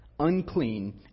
unclean